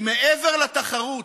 כי מעבר לתחרות,